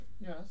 Yes